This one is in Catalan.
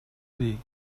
dir